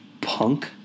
punk